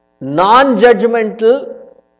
Non-judgmental